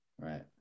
Right